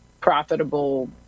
profitable